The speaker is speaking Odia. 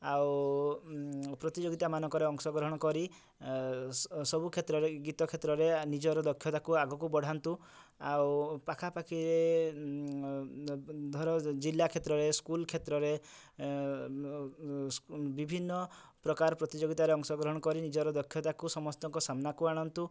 ଆଉ ପ୍ରତିଯୋଗିତା ମାନଙ୍କରେ ଅଂଶ ଗ୍ରହଣ କରି ସବୁ କ୍ଷେତ୍ରରେ ଗୀତ କ୍ଷେତ୍ରରେ ନିଜର ଦକ୍ଷତା କୁ ଆଗୁକୁ ବଢ଼ାନ୍ତୁ ଆଉ ପାଖାପାଖି ଧର ଜିଲ୍ଲା କ୍ଷେତ୍ରରେ ସ୍କୁଲ୍ କ୍ଷେତ୍ରରେ ବିଭିନ୍ନ ପ୍ରକାର ପ୍ରତିଯୋଗିତା ରେ ଅଂଶ ଗ୍ରହଣ କରି ନିଜର ଦକ୍ଷତା କୁ ସମସ୍ତଙ୍କ ସାମ୍ନା କୁ ଆଣନ୍ତୁ